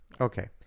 Okay